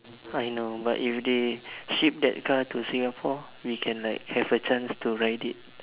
I know but if they ship that car to Singapore we can like have a chance to ride it